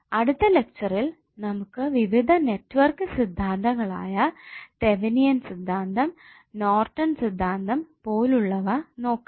അടുത്ത ലെക്ചറിൽ നമുക്ക് വിവിധ നെറ്റ്വർക്ക് സിദ്ധാന്തങ്ങളായ തേവേനിയൻ സിദ്ധാന്തം നോർട്ടൻ സിദ്ധാന്തം പോലുള്ളവ നോക്കാം